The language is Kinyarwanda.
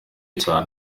cyane